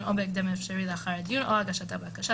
או בהקדם האפשרי לאחר הדיון או הגשת הבקשה,